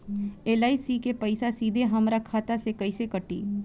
LIC के पईसा सीधे हमरा खाता से कइसे कटी?